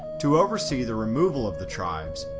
to oversee the removal of the tribes,